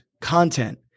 content